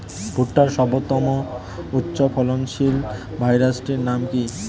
ভুট্টার সর্বোত্তম উচ্চফলনশীল ভ্যারাইটির নাম কি?